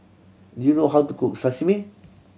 do you know how to cook Sashimi